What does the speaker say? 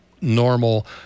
normal